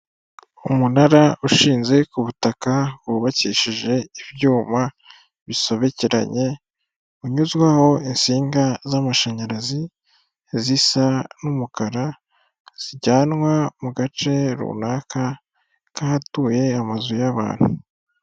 Umunara ushinze ku butaka wubakishije ibyuma bisobekeranye unyuzwaho insinga z'amashanyarazi zisa n'umukara zijyanwa mu gace runaka k'ahatuye amazu y'abantu.